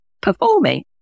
performing